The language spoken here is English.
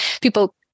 People